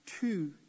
two